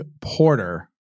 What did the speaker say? Porter